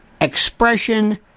expression